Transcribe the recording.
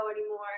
anymore